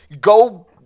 Go